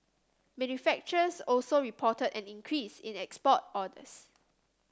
manufacturers also reported an increase in export orders